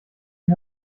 die